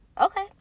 okay